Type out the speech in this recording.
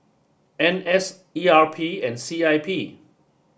N S E R P and C I P